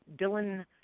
Dylan